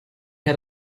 had